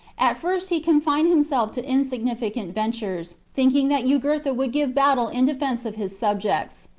at first he confined himself to insignificant ventures, thinking that jugurtha would give battle in defence of his subjects.